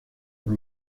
por